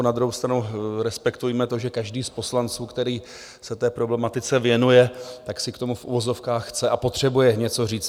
Na druhou stranu respektujme to, že každý z poslanců, který se té problematice věnuje, si k tomu v uvozovkách chce a potřebuje něco říct.